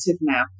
now